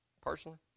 personally